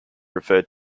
referred